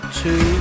two